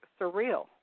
surreal